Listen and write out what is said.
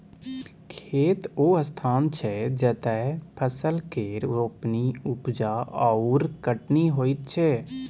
खेत ओ स्थान छै जतय फसल केर रोपणी, उपजा आओर कटनी होइत छै